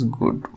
good